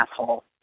asshole